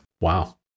Wow